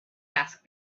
asked